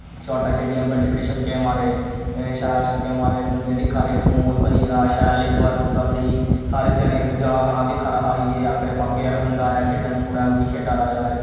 शार्टां खेढियां बड्डे बड्डे छक्के मारे शैल छक्के मारे बंदे दिक्खा दे उत्थे महोल बनी गेदा हा शैल इक वार पूरा स्हेई सारे जने जना खना दिक्खा दा हा आइयै आक्खा दे वाकई यार बंदा आया खेढन मुड़ा ऐ कोई खेढा दा यार